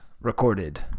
recorded